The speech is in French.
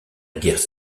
guerre